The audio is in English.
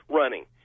running